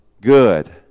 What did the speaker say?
good